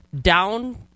down